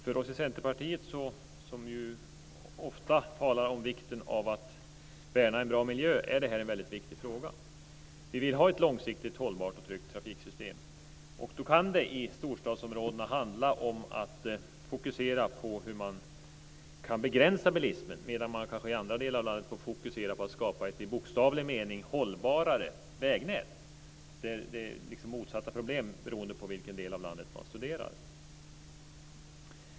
För oss i Centerpartiet, som ju ofta talar om vikten av att värna en bra miljö, är det här en viktig fråga. Vi vill ha ett långsiktigt hållbart och tryggt trafiksystem. Då kan det i storstadsområdena handla om att fokusera på hur man kan begränsa bilismen medan man kanske i andra delar av landet får fokusera på att skapa ett i bokstavlig mening hållbarare vägnät. Det är liksom motsatta problem beroende på vilken del av landet man studerar.